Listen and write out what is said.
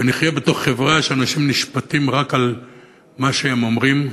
ונחיה בחברה שאנשים נשפטים בה רק על מה שהם אומרים,